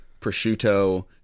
prosciutto